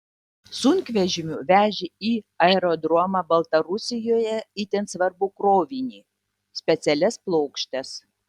sunkvežimiu vežė į aerodromą baltarusijoje itin svarbų krovinį specialias plokštes